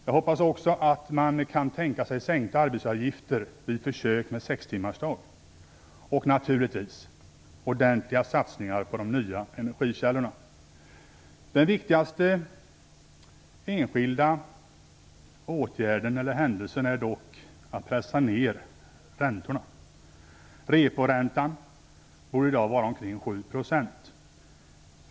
Jag hoppas också att man kan tänka sig sänkta arbetsgivaravgifter vid försök med sextimmarsdag, och naturligtvis ordentliga satsningar på de nya energikällorna. Den viktigaste enskilda åtgärden är dock att pressa ned räntorna. Reporäntan borde i dag vara omkring 7 %.